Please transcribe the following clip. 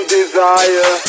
desire